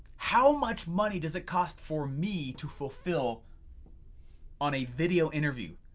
how much money does it cost for me to fulfill on a video interview?